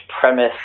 premise